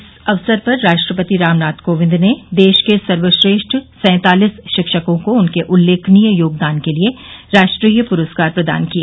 इस अवसर पर राष्ट्रपति रामनाथ कोविंद ने देश के सर्वश्रेष्ठ सैंतालिस शिक्षकों को उनके उल्लेखनीय योगदान के लिए राष्ट्रीय पुरस्कार प्रदान किए